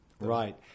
Right